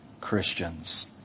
Christians